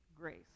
Grace